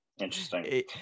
Interesting